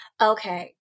okay